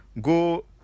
go